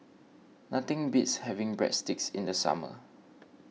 nothing beats having Breadsticks in the summer